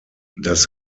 das